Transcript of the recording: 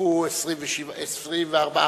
השתתפו 24 חברים.